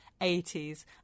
80s